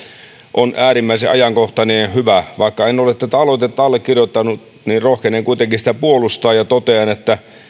on äärimmäisen ajankohtainen ja hyvä vaikka en ole tätä aloitetta allekirjoittanut niin rohkenen kuitenkin sitä puolustaa ja totean että